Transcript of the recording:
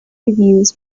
reviews